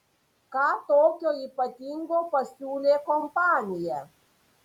ką tokio ypatingo pasiūlė kompanija